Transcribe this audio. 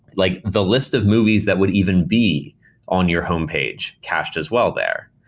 like the list of movies that would even be on your homepage cached as well there.